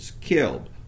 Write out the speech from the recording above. killed